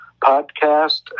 podcast